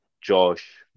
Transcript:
Josh